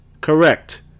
Correct